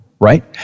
right